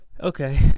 Okay